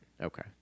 Okay